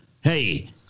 hey